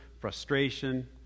frustration